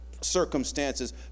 circumstances